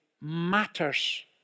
matters